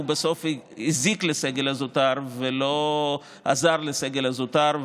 בסוף הזיק לסגל הזוטר ולא עזר לסגל הזוטר,